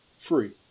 free